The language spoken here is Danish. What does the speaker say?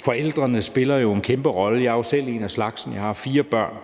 forældrene spiller jo en kæmpe rolle. Jeg er selv en af slagsen. Jeg har fire børn,